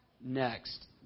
next